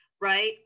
Right